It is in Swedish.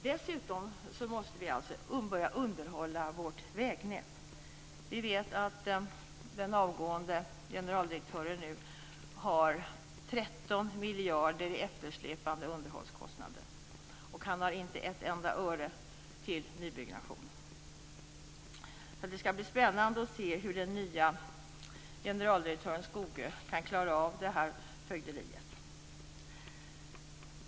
Dessutom måste vi börja underhålla vårt vägnät. Vi vet att den avgående generaldirektören har 13 miljarder i eftersläpande underhållskostnader. Han har inte ett enda öre till nybyggnation. Det ska bli spännande att se hur den nya generaldirektören Skogö kan klara av detta fögderi.